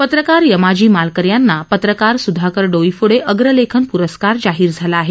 पत्रकार यमाजी मालकर यांना पत्रकार सुधाकर डोईफोडे अग्रलेखन प्रस्कार जाहीर झाला आहे